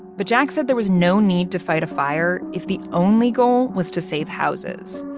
but jack said there was no need to fight a fire if the only goal was to save houses.